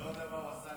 אתה לא יודע מה הוא עשה